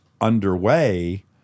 underway